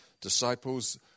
disciples